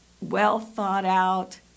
well-thought-out